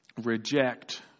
reject